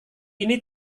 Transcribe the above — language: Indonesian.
ini